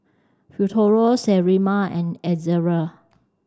Futuro Sterimar and Ezerra